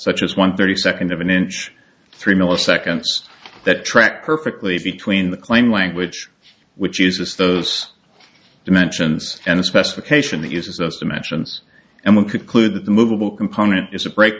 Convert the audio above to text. such as one thirty second of an inch three milliseconds that track perfectly between the claim language which uses those dimensions and a specification that uses those dimensions and one could clue that the movable component is a break